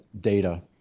data